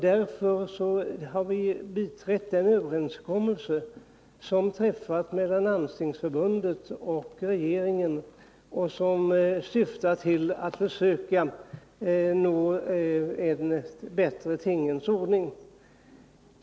Därför har vi biträtt den överenskommelse som har träffats mellan Landstingsförbundet och regeringen och som syftar till att försöka nå en bättre tingens ordning.